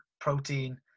protein